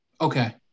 Okay